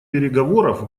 переговоров